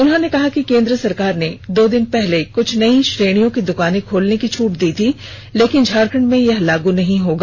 उन्होंने कहा कि केन्द्र सरकार ने दो दिन पहले कुछ नयी श्रेणियों की दुकाने खोलने की छूट दी थी लेकिन झारखंड में यह लागू नहीं होगा